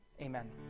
Amen